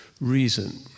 reason